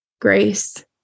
grace